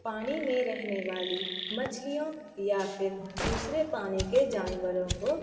پانی میں رہنے والی مچھلیوں یا پھر دوسرے پانی کے جانوروں کو